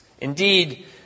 indeed